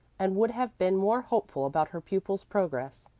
and would have been more hopeful about her pupil's progress.